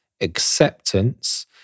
acceptance